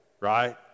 right